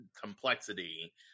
complexity